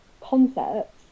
concepts